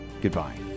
goodbye